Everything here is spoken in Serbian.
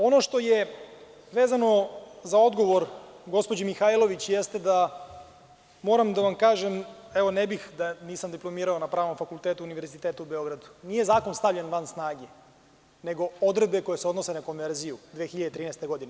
Ono što je vezano za odgovor gospođi Mihajlović, jeste da moram da vam kažem, ne bih da nisam diplomirao na Pravnom fakultetu Univerziteta u Beogradu, nije zakon stavljen van snage, nego odredbe koje se odnose na konverziju 2013. godine.